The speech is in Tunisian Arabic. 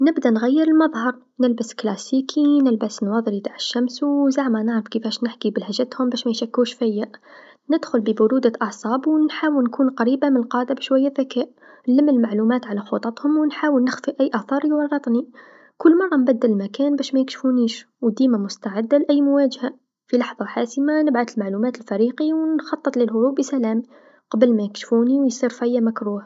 نبدا نغير المظهر نلبس كلاسيكي، نلبس نواظري تع الشمس، زعما نعرف كيفاش نحكي بلهجتهم باش ميشكوش فيا، ندخل ببرودة أعصاب و نحاول نكون قريبا من القاده بشويا ذكاء، نحاول نلم المعلومات على خططهم و نحاول نخفي أي آثار يورطني، كل مرا نبدل المكان باش ميكشفونيش و ديما مستعده لأي مواجها، في لحظه حاسمه نبعث المعلومات لفريقي و نخطط للهروب بسلام قبل ما يكشفوني و يصير فيا مكروه.